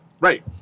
right